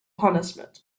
punishment